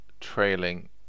trailing